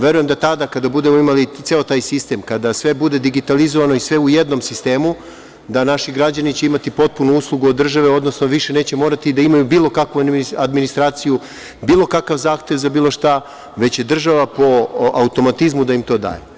Verujem da tada kada budemo imali ceo taj sistem, kada sve bude digitalizovano i sve u jednom sistemu da naši građani će imati potpunu uslugu od države, odnosno više neće morati da imaju bilo kakvu administraciju, bilo kakav zahtev za bilo šta, već je država po automatizmu da im to daje.